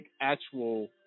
actual